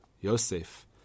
Yosef